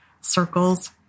circles